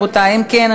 אם כן,